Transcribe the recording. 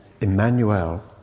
Emmanuel